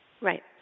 Right